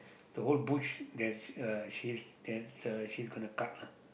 the whole bush there's a she's there's a she's gonna cut lah